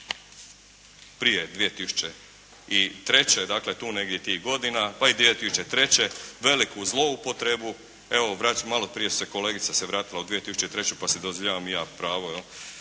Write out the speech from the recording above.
prije 2003. Dakle, tu negdje tih godina, pa i 2003. veliku zloupotrebu. Evo, malo prije se kolegica se vratila u 2003. pa si dozvoljavam i ja pravo